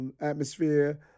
atmosphere